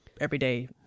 everyday